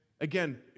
again